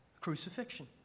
Crucifixion